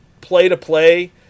play-to-play